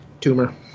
tumor